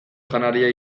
janaria